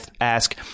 ask